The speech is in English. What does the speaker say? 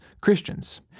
Christians